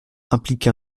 implique